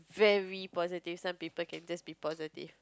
very positive some people can just be positive